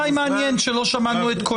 די מעניין שלא שמענו את קולו,